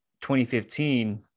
2015